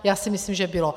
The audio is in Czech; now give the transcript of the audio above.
Já si myslím, že bylo.